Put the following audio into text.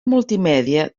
multimèdia